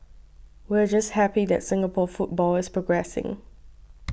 we're just happy that Singapore football is progressing